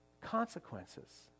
consequences